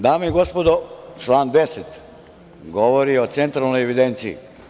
Dame i gospodo, član 10. govori o Centralnoj evidenciji.